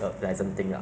and then 就是